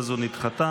נדחתה.